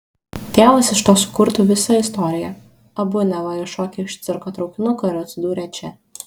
tėvas iš to sukurtų visą istoriją abu neva iššokę iš cirko traukinuko ir atsidūrę čia